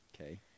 Okay